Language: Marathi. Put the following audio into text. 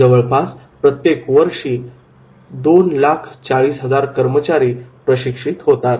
जवळपास प्रत्येक वर्षी 240000 कर्मचारी प्रशिक्षित होतात